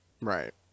right